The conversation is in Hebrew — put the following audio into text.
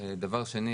דבר שני,